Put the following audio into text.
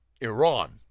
Iran